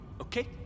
okay